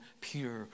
pure